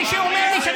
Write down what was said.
אבל מי זה?